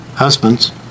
Husbands